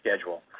schedule